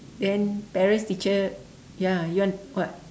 then parents teacher ya you want what